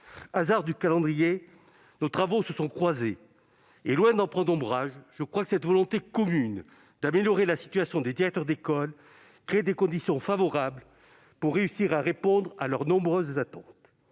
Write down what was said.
Hasard du calendrier, nos travaux se sont croisés, et loin d'en prendre ombrage, je crois que cette volonté commune d'améliorer la situation des directeurs d'école crée des conditions favorables pour répondre à leurs nombreuses attentes.